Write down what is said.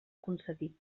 concedit